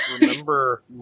remember